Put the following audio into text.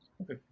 okay